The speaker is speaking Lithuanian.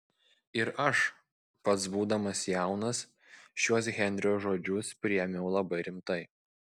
ir aš pats būdamas jaunas šiuos henrio žodžius priėmiau labai rimtai